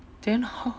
then how